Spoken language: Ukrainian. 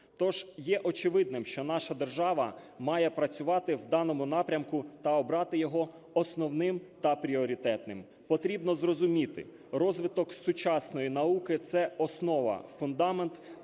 Тож є очевидним, що наша держава має працювати в даному напрямку та обрати його основним та пріоритетним. Потрібно зрозуміти, розвиток сучасної науки – це основа, фундамент